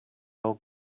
old